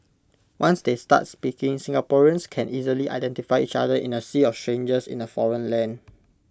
once they start speaking Singaporeans can easily identify each other in A sea of strangers in A foreign land